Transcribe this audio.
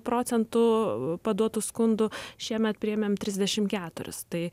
procentų paduotų skundų šiemet priėmėm trisdešimt keturis tai